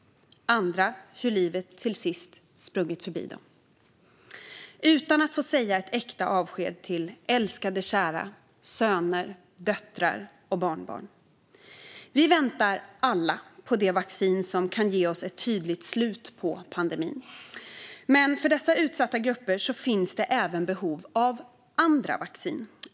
Andra har fått se hur livet till sist sprungit förbi dem utan att de fått säga ett äkta avsked till älskade söner, döttrar och barnbarn. Vi väntar alla på det vaccin som kan ge oss ett tydligt slut på pandemin, men för dessa utsatta grupper finns det även behov av andra vaccin.